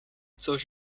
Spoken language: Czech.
což